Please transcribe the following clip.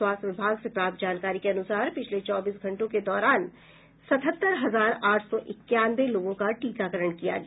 स्वास्थ्य विभाग से प्राप्त जानकारी के अनुसार पिछले चौबीस घंटों के दौरान सतहत्तर हजार आठ सौ इक्यानवे लोगों का टीकाकरण किया गया